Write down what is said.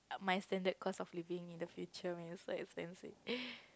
my standard cost of living in the future when it's so expensive